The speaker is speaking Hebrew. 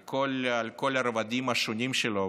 על כל הרבדים השונים שלו,